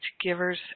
givers